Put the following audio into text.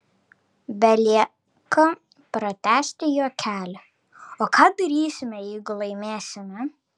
belieka pratęsti juokelį o ką darysime jeigu laimėsime